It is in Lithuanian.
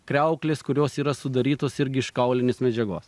kriauklės kurios yra sudarytos irgi iš kaulinės medžiagos